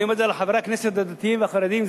אני אומר את זה לחברי הכנסת החרדיים והדתיים,